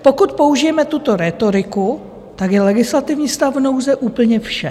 Pokud použijeme tuto rétoriku, tak je legislativní stav nouze úplně vše.